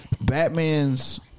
Batman's